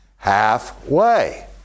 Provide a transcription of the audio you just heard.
Halfway